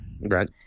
Right